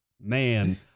Man